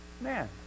man